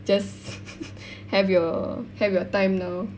just have your have your time now